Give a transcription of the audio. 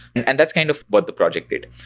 and that's kind of what the project did.